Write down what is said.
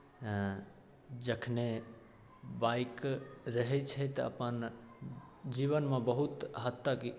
जखनहि बाइक रहैत छै तऽ अपन जीवनमे बहुत हद तक